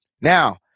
Now